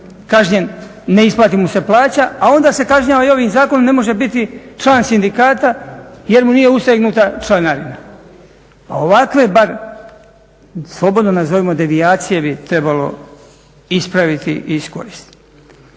kažnjen, ne isplati mu se plaća, a onda se kažnjava i ovim zakonom, ne može biti član sindikata jer mu nije ustegnuta članarina. A ovakve slobodno nazovimo devijacije bi trebalo ispraviti i iskoristiti.